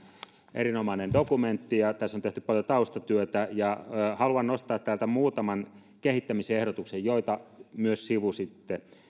erinomainen dokumentti ja tässä on tehty paljon taustatyötä haluan nostaa täältä muutaman kehittämisehdotuksen joita myös sivusitte